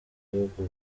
bihugu